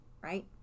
right